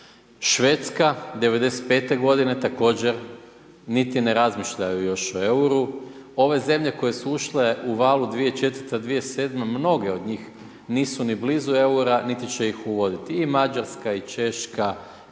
Švedska '95. godine također niti ne razmišljaju još o EUR-u, ove zemlje koje su ušle u valu 2004. – 2007. mnoge od njih nisu ni blizu EUR-a, niti će ih uvoditi i Mađarska, i Češka,